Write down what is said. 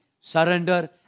surrender